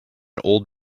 old